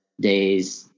days